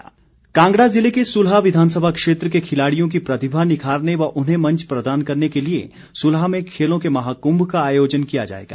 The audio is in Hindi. परमार कांगड़ा ज़िले के सुलह विधानसभा क्षेत्र के खिलाड़ियों की प्रतिभा निखारने व उन्हें मंच प्रदान करने के लिए सुलह में खेलों के महाकुम्भ का आयोजन किया जाएगा